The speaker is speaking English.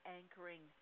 anchoring